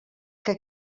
que